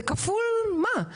זה כפול מה?